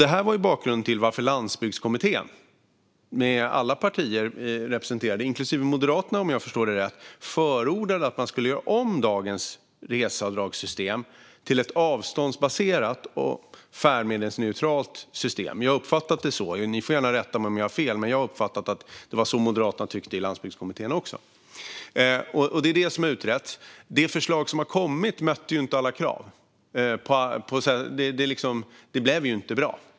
Detta var ju bakgrunden till att Landsbygdskommittén - med alla partier representerade, inklusive Moderaterna om jag förstår det rätt - förordade att man skulle göra om dagens reseavdragssystem till ett avståndsbaserat och färdmedelsneutralt system. Jag har uppfattat det så; ni får gärna rätta mig om jag har fel, men jag har uppfattat det som att det var så Moderaterna tyckte i Landsbygdskommittén. Det är det som är utrett. Det förslag som kom mötte ju inte alla krav. Det blev inte bra.